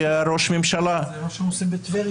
ראש ממשלה -- זה מה שהם עושים בטבריה.